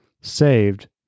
saved